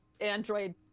android